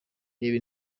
reba